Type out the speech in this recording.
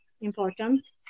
important